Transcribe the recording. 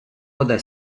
вода